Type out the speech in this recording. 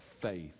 faith